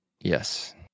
yes